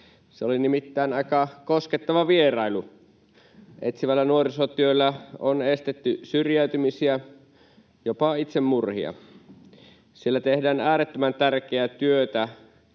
Se oli nimittäin aika koskettava vierailu. Etsivällä nuorisotyöllä on estetty syrjäytymisiä, jopa itsemurhia. Siellä tehdään äärettömän tärkeää työtä.